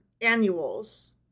annuals